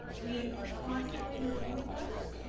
we are constantly reviewing those.